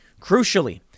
Crucially